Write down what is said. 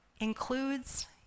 includes